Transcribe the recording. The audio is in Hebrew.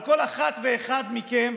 על כל אחד ואחד מכם,